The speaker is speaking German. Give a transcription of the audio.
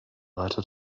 weiter